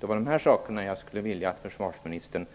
Dessa saker skulle jag vilja att försvarsministern